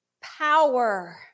power